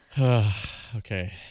Okay